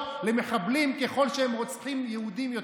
למחבלים ככל שהם רוצחים יותר יהודים.